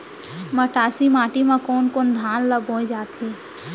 मटासी माटी मा कोन कोन धान ला बोये जाथे?